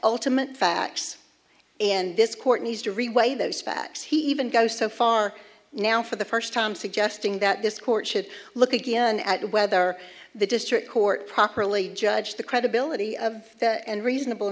ultimate facts and this courtney's to reweigh those facts he even goes so far now for the first time suggesting that this court should look again at whether the district court properly judge the credibility of the and reasonable